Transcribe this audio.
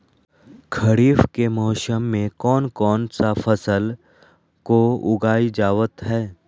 खरीफ के मौसम में कौन कौन सा फसल को उगाई जावत हैं?